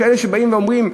יש כאלה שבאים ואומרים,